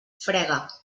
frega